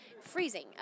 freezing